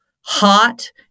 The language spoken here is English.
hot